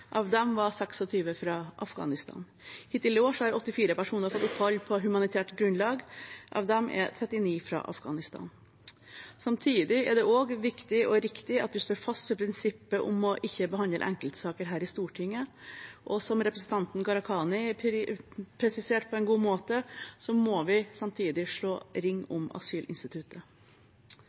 Av dem var 26 fra Afghanistan. Hittil i år har 84 personer fått opphold på humanitært grunnlag. Av dem er 39 fra Afghanistan. Samtidig er det også viktig og riktig at vi står fast ved prinsippet om ikke å behandle enkeltsaker her i Stortinget, og som representanten Gharahkhani presiserte på en god måte, må vi slå ring om asylinstituttet.